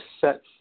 set